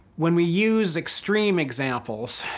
when we use extreme examples,